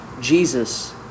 Jesus